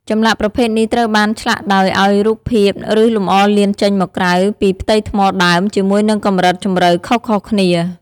ចម្លាក់ប្រភេទនេះត្រូវបានឆ្លាក់ដោយ ឲ្យរូបភាព ឬលម្អលៀនចេញមកក្រៅពីផ្ទៃថ្មដើម ជាមួយនឹងកម្រិតជម្រៅខុសៗគ្នា។